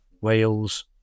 Wales